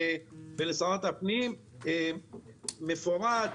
ולשרת הפנים מפורט,